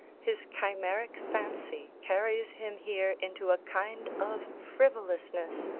his chimeric fancy carries him here into a kind of frivolousness,